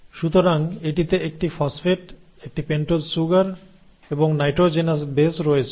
সুতরাং এটিতে একটি ফসফেট একটি পেন্টোজ সুগার এবং নাইট্রোজেনাস বেস রয়েছে